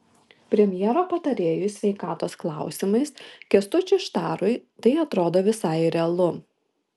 premjero patarėjui sveikatos klausimais kęstučiui štarui tai atrodo visai realu